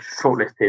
shortlisted